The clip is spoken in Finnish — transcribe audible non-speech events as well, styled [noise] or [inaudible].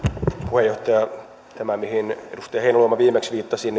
puheenjohtaja tämä tapaus mihin edustaja heinäluoma viimeksi viittasi [unintelligible]